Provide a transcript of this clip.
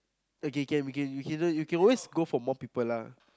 okay can we can we can we can just you can always go for more people lah